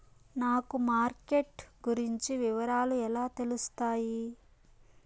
నాకు మార్కెట్ గురించి వివరాలు ఎలా తెలుస్తాయి?